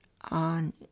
on